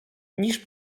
niż